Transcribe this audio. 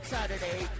Saturday